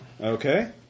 Okay